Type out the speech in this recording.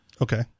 Okay